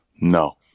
no